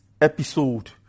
episode